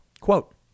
Quote